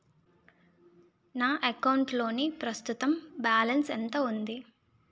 నా అకౌంట్ లోని ప్రస్తుతం బాలన్స్ ఎంత ఉంది?